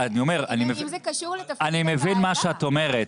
אני מבין מה שאת אומרת,